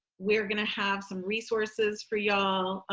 we're going to have some resources for y'all,